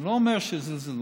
אני לא אומר שזלזלו,